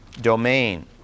domain